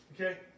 okay